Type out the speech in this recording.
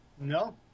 No